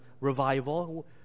revival